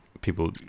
people